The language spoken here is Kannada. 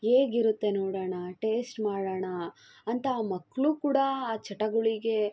ಹೇಗಿರುತ್ತೆ ನೋಡೋಣ ಟೇಸ್ಟ್ ಮಾಡೋಣ ಅಂತ ಆ ಮಕ್ಕಳು ಕೂಡ ಆ ಚಟಗಳಿಗೆ